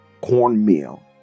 cornmeal